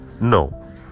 No